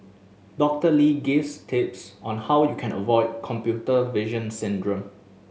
Doctor Lee gives tips on how you can avoid computer vision syndrome